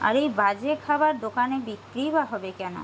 আর এই বাজে খাবার দোকানে বিক্রিই বা হবে কেনো